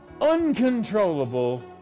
uncontrollable